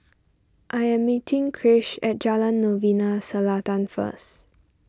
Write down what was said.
I am meeting Krish at Jalan Novena Selatan first